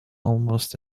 almost